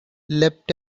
leapt